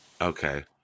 Okay